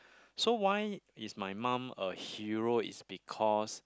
so why is my mom a hero is because